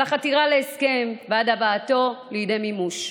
על החתירה להסכם עד הבאתו לידי מימוש,